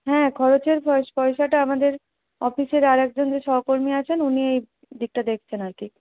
হ্যাঁ খরচের পয় পয়সাটা আমাদের অফিসের আর একজন যে সহকর্মী আছেন উনি এইদিকটা দেখছেন আর কি